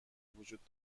وجود